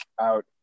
out